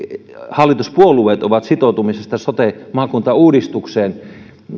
hallituspuolueet ovat sitoutumisesta sote maakuntauudistukseen